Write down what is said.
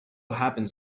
happens